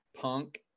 punk